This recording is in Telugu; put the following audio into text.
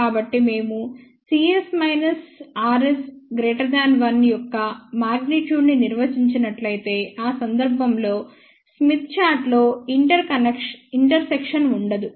కాబట్టి మేము |cs rs| 1 యొక్క మగ్నిట్యూడ్ ని ఉంచినట్లయితే ఆ సందర్భంలో స్మిత్ చార్టులో ఇంటర్ సెక్షన్ ఉండదు